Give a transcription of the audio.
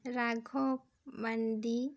ᱨᱟᱜᱷᱚᱵ ᱢᱟᱱᱰᱤ